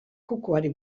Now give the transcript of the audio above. kukuari